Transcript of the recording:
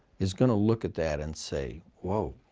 is going to look at that and say whoa,